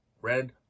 red